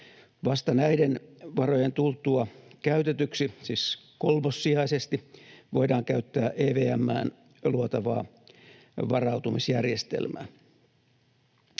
Vasta näiden varojen tultua käytetyksi, siis kolmossijaisesti, voidaan käyttää EVM:ään luotavaa varautumisjärjestelmää.